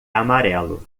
amarelo